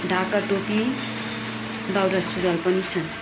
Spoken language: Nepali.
ढाका टोपी दौरा सुरुवाल पनि छन्